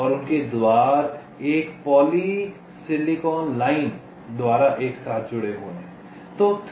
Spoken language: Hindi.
और उनके द्वार एक पॉली सिलिकॉन लाइन द्वारा एक साथ जुड़े हुए हैं